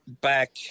back